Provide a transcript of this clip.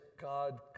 God